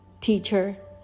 Teacher